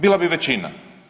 Bila bi većina.